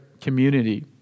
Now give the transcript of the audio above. community